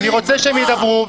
אני רוצה שהם ידברו,